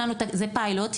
זה פיילוט.